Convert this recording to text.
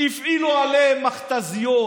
הפעילו עליהם מכת"זיות,